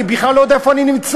אני בכלל לא יודע איפה אני נמצא.